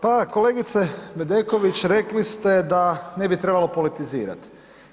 Pa kolegice Bedeković, rekli ste da ne bi trebalo politizirati.